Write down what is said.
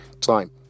time